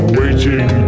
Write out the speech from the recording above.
waiting